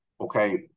okay